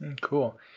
cool